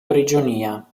prigionia